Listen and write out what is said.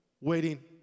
waiting